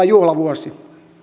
juhlavuosi